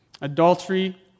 adultery